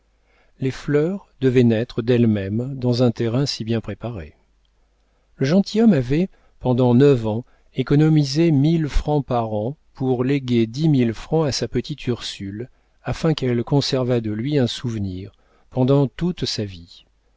les fleurs devaient naître d'elles-mêmes dans un terrain si bien préparé le gentilhomme avait pendant neuf ans économisé mille francs par an pour léguer dix mille francs à sa petite ursule afin qu'elle conservât de lui un souvenir pendant toute sa vie